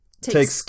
takes